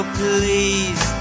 please